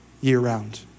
year-round